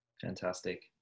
Fantastic